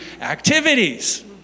activities